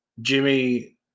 Jimmy